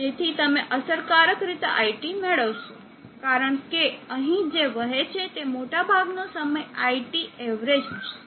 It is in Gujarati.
જેથી તમે અસરકારક રીતે IT મેળવશો કારણ કે અહીં જે વહે છે તે મોટાભાગનો સમય IT એવરેજ હશે